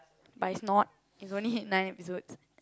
but it's not it's only nine episodes